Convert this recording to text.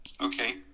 Okay